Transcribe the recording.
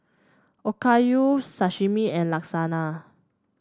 Okayu Sashimi and Lasagna